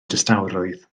distawrwydd